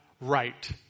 right